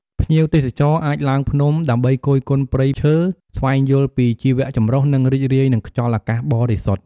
ភ្ញៀវទេសចរអាចឡើងភ្នំដើម្បីគយគន់ព្រៃឈើ ស្វែងយល់ពីជីវៈចម្រុះ និងរីករាយនឹងខ្យល់អាកាសបរិសុទ្ធ។